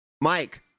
Mike